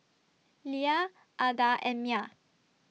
Lea Ada and Mya